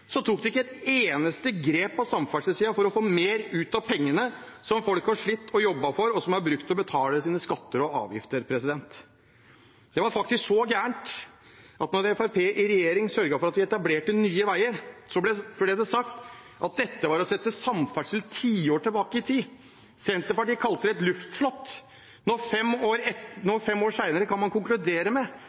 tok de ikke et eneste grep på samferdselssiden for å få mer ut av pengene som folk har slitt og jobbet for, og som de har brukt til å betale sine skatter og avgifter med. Det var faktisk så galt at når Fremskrittspartiet i regjering sørget for at vi etablerte Nye Veier, ble det sagt at dette var å sette samferdsel tiår tilbake i tid. Senterpartiet kalte det et luftslott. Nå, fem år senere, kan man konkludere med